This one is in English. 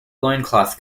loincloth